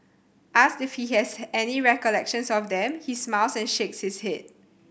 asked if he has any recollections of them he smiles and shakes his head